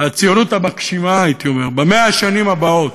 הציונות המגשימה, הייתי אומר, ב-100 השנים הבאות,